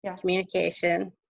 communication